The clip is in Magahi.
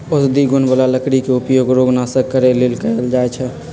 औषधि गुण बला लकड़ी के उपयोग रोग नाश करे लेल कएल जाइ छइ